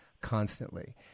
constantly